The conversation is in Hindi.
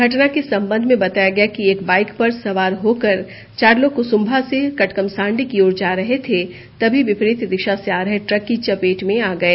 घटना के संबंध में बताया गया कि एक बाईक पर सवार होकर चार लोग कुसुंभा से कटकमसांडी की ओर जा रहे थे तभी विपरीत दिशा से आ रहे ट्रक की चपेट में आ गए